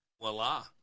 voila